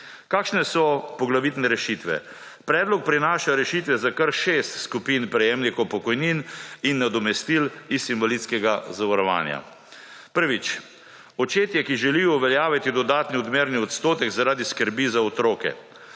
Kakšne so poglavitne rešitve? Predlog prinaša rešitve za kar šest skupin prejemnikov pokojnin in nadomestil iz invalidskega zavarovanja. Prvič, očetje, ki želijo uveljaviti dodatni odmerni odstotek zaradi skrbi za otroke.